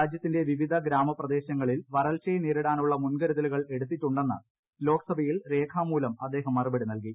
രാജ്യത്തിന്റെ വിവിധ ഗ്രാമപ്രദേശങ്ങളിൽ വരൾച്ചയെ നേരിടാനുള്ള മുൻകരുതലുകൾ എടുത്തിട്ടുണ്ടെന്ന് ലോക്സഭയിൽ രേഖാമൂലം അദ്ദേഹം മറുപടി നൽകി